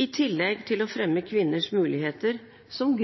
i tillegg til å fremme kvinners muligheter som